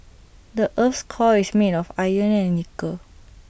the Earth's core is made of iron and nickel